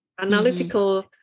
analytical